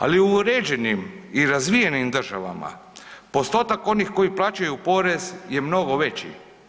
Ali u uređenim i razvijenim državama postotak onih koji plaćaju porez je mnogo veći.